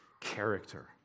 character